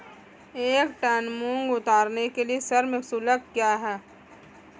एक टन मूंग उतारने के लिए श्रम शुल्क क्या है?